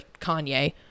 Kanye